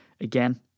again